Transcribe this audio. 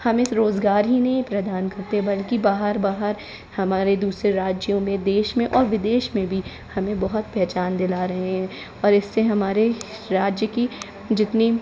हमें इस रोज़गार ही नहीं प्रदान करते बल्कि बाहर बाहर हमारे दूसरे राज्यों में देश में और विदेश में भी हमें बहुत पहचान दिला रहे हैं और इससे हमारे राज्य की जितनी